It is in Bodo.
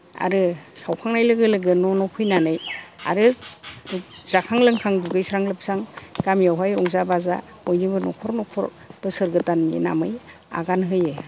आरो सावखांनाय लोगो लोगो न' न' फैनानै आरो जाखां लोंखां दुगैस्रां लोमस्रां गामियावहाय रंजा बाजा बयनिबो न'खर न'खर बोसोर गोदाननि नामै आगान होयो